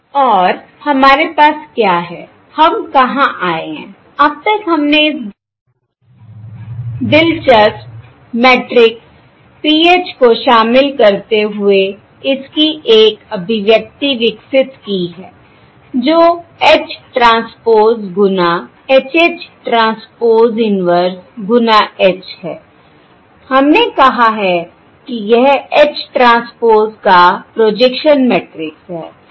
और हमारे पास क्या है हम कहां आए हैं अब तक हमने इस दिलचस्प मैट्रिक्स PH को शामिल करते हुए इसकी एक अभिव्यक्ति विकसित की है जो H ट्रांसपोज़ गुना H H ट्रांसपोज़ इन्वर्स गुना H है हमने कहा है कि यह H ट्रांसपोज़ का प्रोजेक्शन मैट्रिक्स है